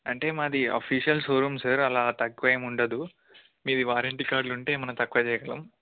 అంటే మాది official showroom sir అలా తక్కువ ఏముండదు మీది వారంటీ కార్డులుంటే ఏమన్నా తక్కువ చేయగలం